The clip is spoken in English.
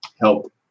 help